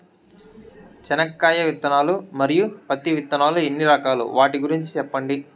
చెనక్కాయ విత్తనాలు, మరియు పత్తి విత్తనాలు ఎన్ని రకాలు వాటి గురించి సెప్పండి?